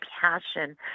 passion